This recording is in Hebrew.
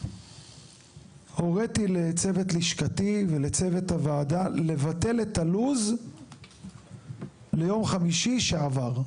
והוריתי לצוות לשכתי ולצוות הוועדה לבטל את הלו"ז ליום חמישי שעבר.